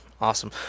awesome